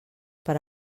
per